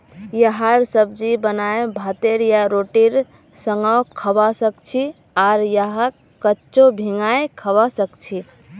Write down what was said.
यहार सब्जी बनाए भातेर या रोटीर संगअ खाबा सखछी आर यहाक कच्चो भिंगाई खाबा सखछी